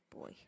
boy